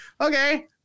okay